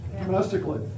domestically